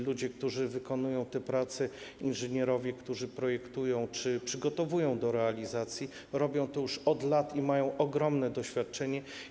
Ludzie, którzy wykonują te prace, inżynierowie, którzy projektują czy przygotowują do realizacji, robią to już od lat i mają ogromne doświadczenie.